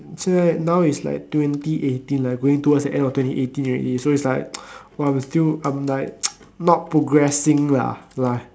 so it now it's like twenty eighteen like going towards the end of twenty eighteen already so it's like oh i'm still I'm like not progressing lah ya lor